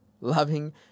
loving